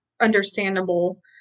understandable